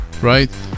right